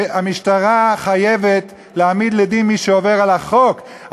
המשטרה חייבת להעמיד בהם לדין מי שעובר על החוק,